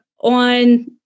on